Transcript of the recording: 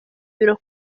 biro